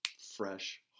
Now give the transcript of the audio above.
fresh